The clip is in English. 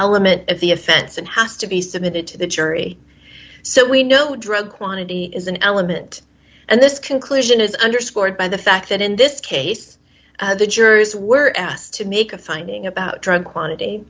element of the offense and has to be submitted to the jury so we know drug quantity is an element and this conclusion is underscored by the fact that in this case the jurors were asked to make a finding about drug quantity